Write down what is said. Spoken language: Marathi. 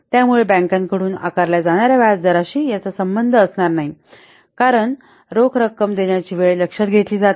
त्यामुळे बँकांकडून आकारल्या जाणा ऱ्या व्याजदराशी याचा संबंध असणार नाही कारण रोख रक्कम देण्याची वेळ लक्षात घेतली जात नाही